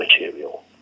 material